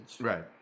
right